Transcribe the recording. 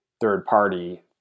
third-party